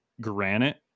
granite